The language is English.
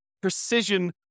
precision